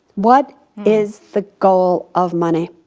what is the goal of money?